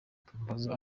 tumubaza